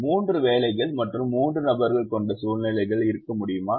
மூன்று வேலைகள் மற்றும் மூன்று நபர்கள் கொண்ட சூழ்நிலைகள் இருக்க முடியுமா